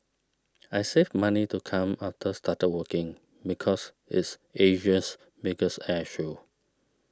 I saved money to come after started working because it's Asia's biggest air show